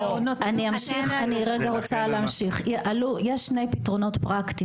יש שני פתרונות פרקטיים